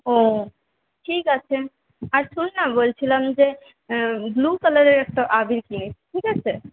ও ঠিক আছে আর শোন না বলছিলাম যে ব্লু কালারের একটা আবির কিনিস ঠিক আছে